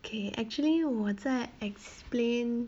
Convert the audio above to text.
okay actually 我在 explain